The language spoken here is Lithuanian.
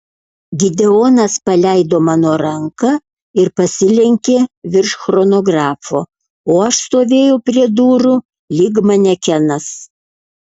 gideonas paleido mano ranką ir pasilenkė virš chronografo o aš stovėjau prie durų lyg manekenas